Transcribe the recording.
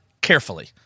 carefully